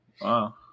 Wow